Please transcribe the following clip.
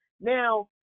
Now